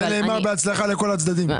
על זה נאמר בהצלחה לכל הצדדים.